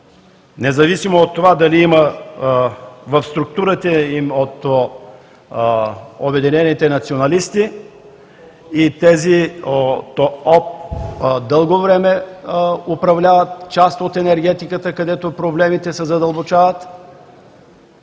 независимо дали има в структурата им от обединените националисти, и тези от дълго време управлявали част от енергетиката, където проблемите се задълбочават.